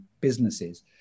businesses